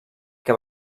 que